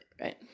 right